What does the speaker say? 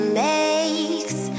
makes